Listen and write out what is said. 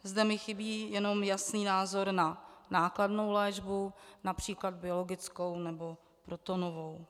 Zde mi chybí jen jasný názor na nákladnou léčbu, např. biologickou nebo protonovou.